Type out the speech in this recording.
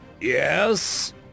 Yes